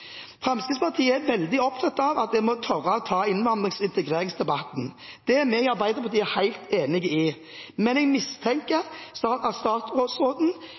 Fremskrittspartiet er veldig opptatt av at en må tørre å ta innvandrings- og integreringsdebatten. Det er vi i Arbeiderpartiet helt enig i, men jeg mistenker